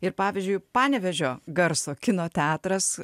ir pavyzdžiui panevėžio garso kino teatras